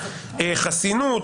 חסינות,